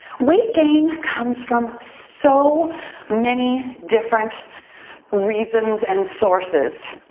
weight gain comes from so many different reasons and sources.